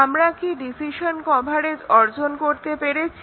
আমরা কি decision coverage অর্জন করতে পেরেছি